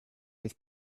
with